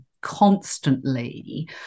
constantly